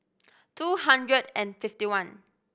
two hundred and fifty one